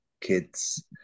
kids